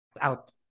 out